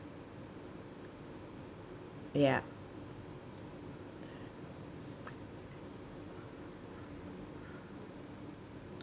ya